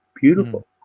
Beautiful